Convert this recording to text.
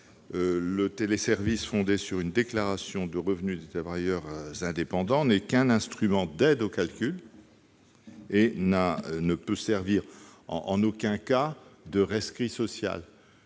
Le téléservice, fondé sur une déclaration de revenus des travailleurs indépendants, n'est qu'un instrument d'aide au calcul et ne peut servir en aucun cas de rescrit social.